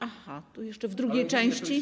Aha, tu jeszcze w drugiej części.